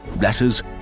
letters